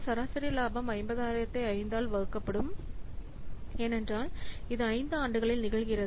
சராசரி லாபம் 50000 ஐ 5 ஆல் வகுக்கப்படும் ஏனெனில் இது 5 ஆண்டுகளில் நிகழ்கிறது